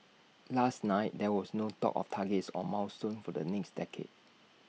last night there was no talk of targets or milestones for the next decade